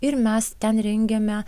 ir mes ten rengiame